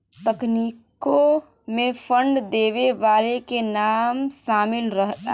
तकनीकों मे फंड देवे वाले के नाम सामिल रहला